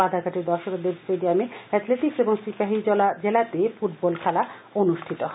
বাধারঘাটের দশরথ দেব স্টেডিয়ামে এথলেটিক্স এবং সিপাহীজলা জেলাতে ফুটবল খেলা অনুষ্ঠিত হবে